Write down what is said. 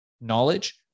knowledge